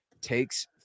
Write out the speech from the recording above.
takes